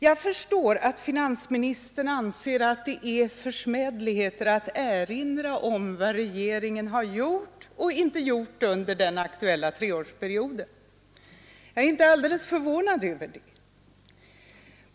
Jag förstår att finansministern anser att det är försmädligheter att erinra om vad regeringen har gjort och inte gjort under den aktuella treårsperioden. Jag är inte särskilt förvånad över detta.